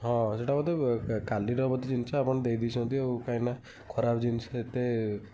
ହଁ ସେଟା ବୋଧେ କାଲିର ବୋଧେ ଜିନିଷ ଆପଣ ଦେଇ ଦେଇଛନ୍ତି ଆଉ କାହିଁକିନା ଖରାପ ଜିନିଷ ଏତେ